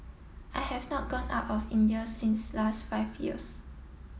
I have not gone out of India since last five years